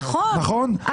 נכון?